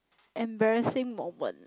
embarrassing moment